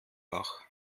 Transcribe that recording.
bach